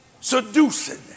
Seducing